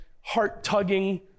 heart-tugging